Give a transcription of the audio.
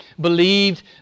believed